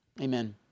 Amen